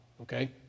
Okay